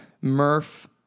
Murph